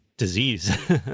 disease